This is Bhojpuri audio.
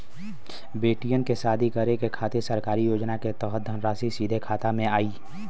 बेटियन के शादी करे के खातिर सरकारी योजना के तहत धनराशि सीधे खाता मे आई?